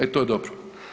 E, to je dobro.